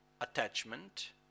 attachment